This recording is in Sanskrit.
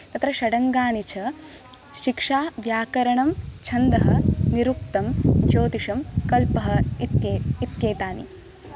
तत्र षडङ्गानि च शिक्षा व्यकरणं छन्दः निरुक्तं ज्योतिषं कल्पः इत्ये इत्येतानि